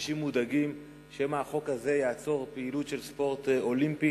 מאנשים מודאגים שמא החוק הזה יעצור פעילות של ספורט אולימפי,